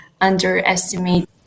underestimate